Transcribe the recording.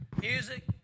music